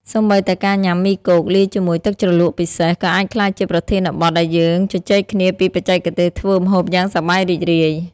សូម្បីតែការញ៉ាំមីគោក លាយជាមួយទឹកជ្រលក់ពិសេស ក៏អាចក្លាយជាប្រធានបទដែលយើងជជែកគ្នាពីបច្ចេកទេសធ្វើម្ហូបយ៉ាងសប្បាយរីករាយ។